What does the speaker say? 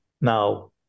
Now